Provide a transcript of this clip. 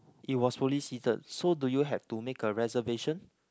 it was fully seated so do you have to make a reservation